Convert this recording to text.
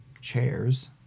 chairs